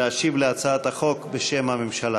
להשיב על הצעת החוק בשם הממשלה.